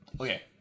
Okay